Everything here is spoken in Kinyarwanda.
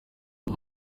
ndi